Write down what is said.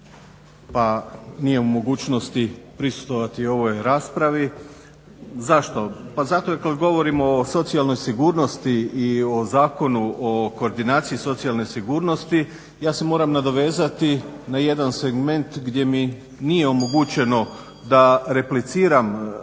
pa nije u mogućnosti prisustvovati ovoj raspravi. Zašto? Pa zato jer kad govorimo o socijalnoj sigurnosti i o Zakonu o koordinaciji socijalne sigurnosti ja se moram nadovezati na jedan segment gdje mi nije omogućeno da repliciram ministru